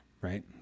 Right